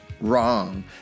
Wrong